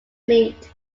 meet